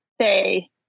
say